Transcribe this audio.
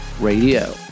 Radio